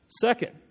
second